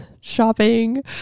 shopping